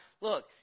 Look